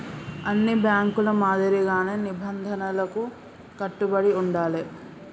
అన్ని బ్యేంకుల మాదిరిగానే నిబంధనలకు కట్టుబడి ఉండాలే